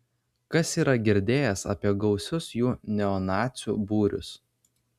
kas yra girdėjęs apie gausius jų neonacių būrius